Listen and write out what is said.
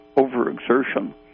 overexertion